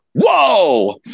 whoa